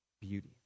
beauty